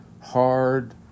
hard